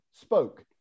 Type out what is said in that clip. spoke